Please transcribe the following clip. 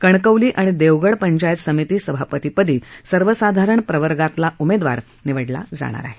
कणकवली आणि देवगड पंचायत समिती सभापतीपदी सर्वसाधारण प्रवर्गातला उमेदवार निवडला जाणार आहे